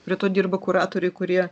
prie to dirba kuratoriai kurie